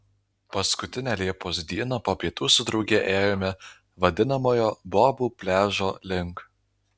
paskutinę liepos dieną po pietų su drauge ėjome vadinamojo bobų pliažo link